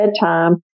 bedtime